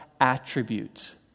Attributes